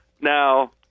Now